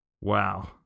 Wow